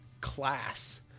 Class